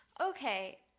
Okay